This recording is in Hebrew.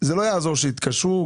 זה לא יעזור שיתקשרו.